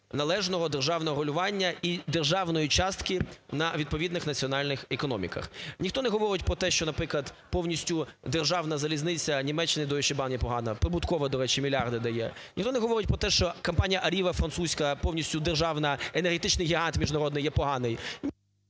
належного державного врегулювання і державної частки на відповідних національних економіках. Ніхто не говорить про те, що, наприклад, повністю державна залізниця Німеччини "Дойчебан" є погана. Прибуткова, до речі, мільярди дає. Ніхто не говорить про те, що компанія "Areva", французька, повністю державна, енергетичний гігант міжнародний є поганий…